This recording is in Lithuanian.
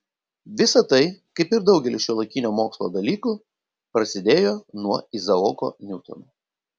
visa tai kaip ir daugelis šiuolaikinio mokslo dalykų prasidėjo nuo izaoko niutono